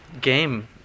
game